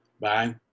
Bye